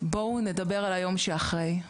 בואו נדבר על היום שאחרי.